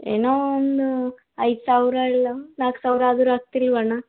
ಏನೋ ಒಂದು ಐದು ಸಾವಿರ ಇಲ್ಲ ನಾಲ್ಕು ಸಾವಿರ ಆದರು ಆಗ್ತಿಲ್ವ ಅಣ್ಣ